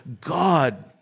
God